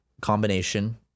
combination